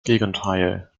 gegenteil